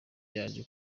yaje